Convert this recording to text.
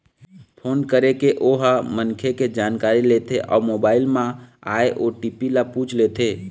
phone करके ओ ह मनखे के जानकारी लेथे अउ मोबाईल म आए ओ.टी.पी ल पूछ लेथे